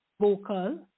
vocal